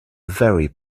very